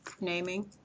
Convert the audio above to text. naming